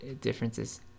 differences